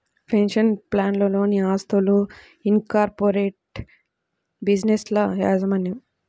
pension ప్లాన్లలోని ఆస్తులు, incorporated బిజినెస్ల యాజమాన్యం